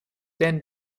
denn